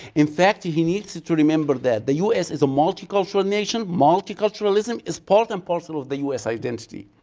in fact, he he needs to to remember that the us is a multicultural nation, multiculturalism is part and parcel of the us identity.